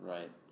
Right